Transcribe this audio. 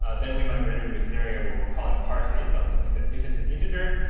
ah then we might run into a scenario where we're calling parseint on something that isn't an integer.